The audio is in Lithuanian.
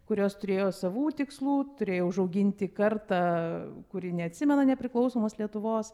kurios turėjo savų tikslų turėjo užauginti kartą kuri neatsimena nepriklausomos lietuvos